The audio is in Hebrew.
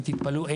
ותתפלאו,